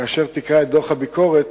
כאשר תקרא את דוח הביקורת,